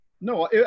No